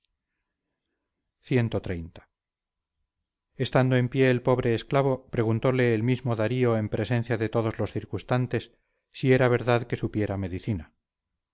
harapos cxxx estando en pie el pobre esclavo preguntóle el mismo daría en presencia de todos los circunstantes si era verdad que supiera medicina